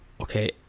okay